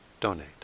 donate